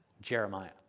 Jeremiah